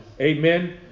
Amen